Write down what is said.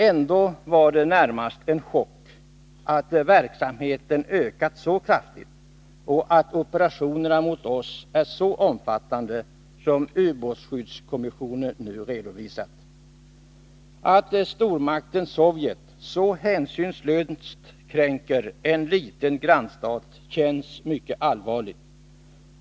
Ändå var det närmast en chock att verksamheten ökat så kraftigt och att operationerna mot oss är så omfattande som ubåtsskyddskommissionen nu redovisat. Att stormakten Sovjet så hänsynslöst kränker en liten grannstat känns mycket allvarligt.